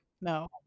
no